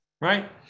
right